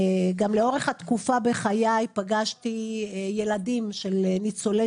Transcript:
גם לאורך התקופה בחיי פגשתי ילדים של ניצולי